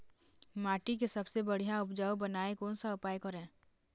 माटी के सबसे बढ़िया उपजाऊ बनाए कोन सा उपाय करें?